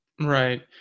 Right